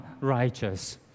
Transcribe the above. righteous